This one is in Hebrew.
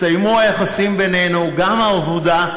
הסתיימו היחסים בינינו, גם העבודה.